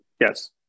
Yes